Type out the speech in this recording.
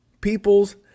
People's